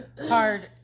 hard